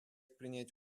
принять